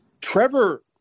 Trevor